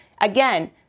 again